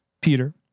Peter